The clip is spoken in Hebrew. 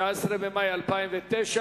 19 במאי 2009,